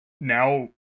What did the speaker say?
now